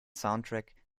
soundtrack